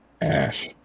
Ash